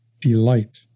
delight